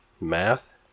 Math